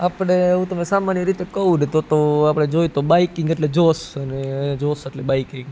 આપણે હું તમને સામાન્ય રીતે કહું તો તો આપણે જોએ તો બાઇકિંગ એટલે જોશ અને જોશ એટલે બાઇકિંગ